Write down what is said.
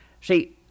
See